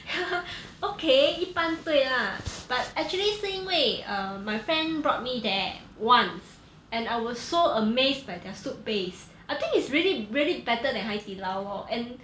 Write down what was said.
okay 一般对 lah but actually 是因为 uh my friend brought me there once and I was so amazed by their soup base I think it's really really better than 海底捞 lor and